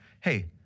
hey